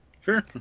Sure